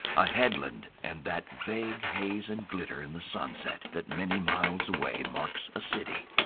a headland and that vague haze and glitter in the sunset that many miles away marks a city.